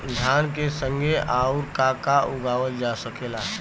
धान के संगे आऊर का का उगावल जा सकेला?